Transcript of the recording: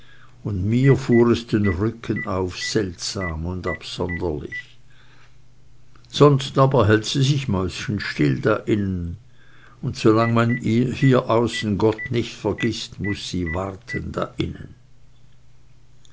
und mir fuhr es den rücken auf seltsam und absonderlich sonst aber hält sie sich mäusestill da innen und solange man hier außen gott nicht vergißt muß sie warten da innen